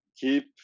keep